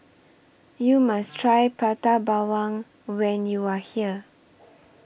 YOU must Try Prata Bawang when YOU Are here